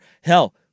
hell